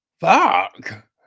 fuck